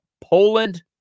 Poland